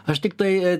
aš tiktai